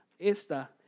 esta